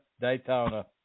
Daytona